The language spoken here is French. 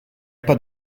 pas